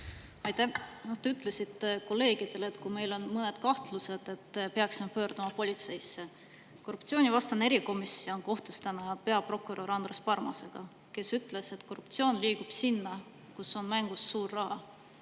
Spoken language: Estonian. Aitäh! Te ütlesite kolleegidele, et kui meil on mõned kahtlused, siis peaksime pöörduma politseisse. Korruptsioonivastane erikomisjon kohtus täna peaprokurör Andres Parmasega, kes ütles, et korruptsioon liigub sinna, kus on mängus suur raha,